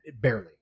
barely